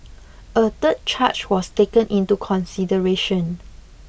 a third charge was taken into consideration